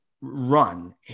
run